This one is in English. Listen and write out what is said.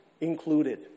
included